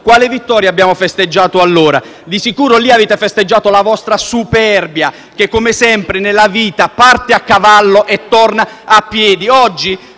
Quale vittoria abbiamo festeggiato allora? Di sicuro avete festeggiato la vostra superbia che, come sempre nella vita, parte a cavallo e torna a piedi.